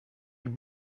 avec